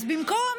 אז במקום,